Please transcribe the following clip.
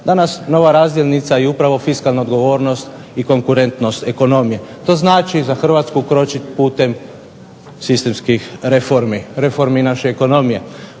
danas nova razdjelnica je upravo fiskalna odgovornost i konkurentnost ekonomije. To znači za Hrvatsku kročiti putem sistemskih reformi, reformi naše ekonomije.